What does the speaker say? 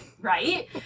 right